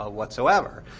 ah whatsoever.